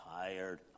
Tired